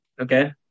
Okay